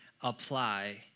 apply